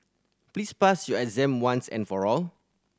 please pass your exam once and for all